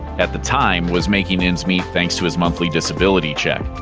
at the time, was making ends meet thanks to his monthly disability check.